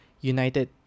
United